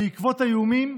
בעקבות איומים,